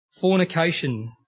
fornication